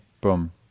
boom